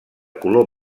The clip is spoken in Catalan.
color